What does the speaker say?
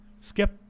skip